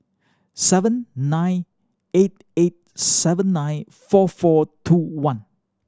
seven nine eight eight seven nine four four two one